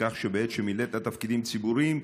בכך שבעת שמילאת תפקידים ציבוריים,